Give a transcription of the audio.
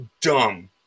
dumb